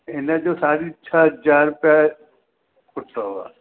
हिन जो साढी छह हज़ार रुपया फूट अथव